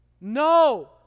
No